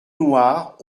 noir